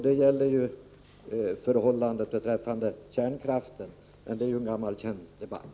Detta är förhållandet beträffande kärnkraften, men det är ju en gammal känd debatt.